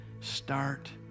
Start